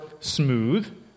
smooth